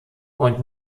und